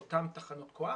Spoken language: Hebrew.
לאותן תחנות כוח,